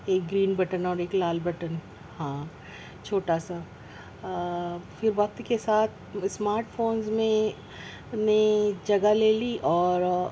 ایک green button اور ایک لال بٹن ہاں چھوٹا سا پھر وقت کے ساتھ اسماٹ فونز میں نے جگہ لے لی اور